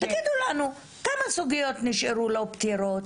תגידו לנו כמה סוגיות נשארו לא פתירות,